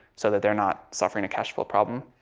so that they're not suffering a cash flow problem.